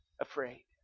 afraid